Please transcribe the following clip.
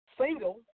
single